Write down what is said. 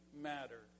matter